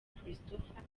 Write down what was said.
christopher